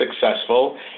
successful